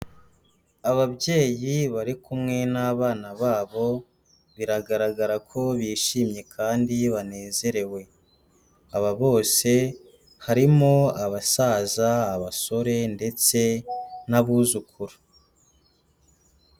Ababyeyi bari kumwe n'abana babo, biragaragara ko bishimye kandi banezerewe. Aba bose, harimo abasaza, abasore, ndetse n'abuzukuru.